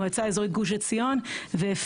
מועצה אזורית גוש עציון ואפרת.